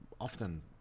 often